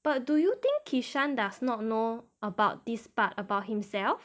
but do you think kishan does not know about this part about himself